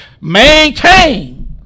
maintain